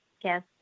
yes